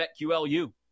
BetQLU